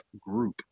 group